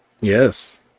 Yes